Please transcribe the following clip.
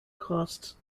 cost